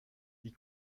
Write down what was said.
die